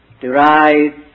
Derived